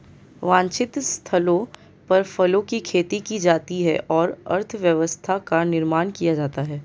वांछित स्थलों पर फलों की खेती की जाती है और अर्थव्यवस्था का निर्माण किया जाता है